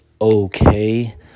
okay